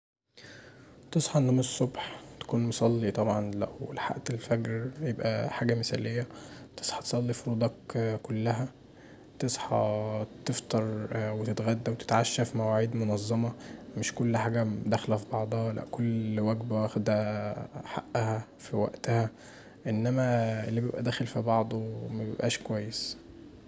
تصحي من النوم الصبح تكون مصلي طبعا لو لحقت الفجر يبقي حاجه مثاليه، تصحي تصلي فروضك كلها، تصحي تفطر وتتغدي وتتعشي في مواعيد منظمه مش كل حاجه داخله في بعضها، لا كل وجبه واخده حقها في وقتها انما اللي بيبقي داخل في بعضه مبيبقاش كويس.